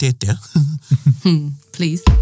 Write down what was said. Please